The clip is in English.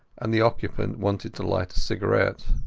and the occupant wanted to light a cigarette.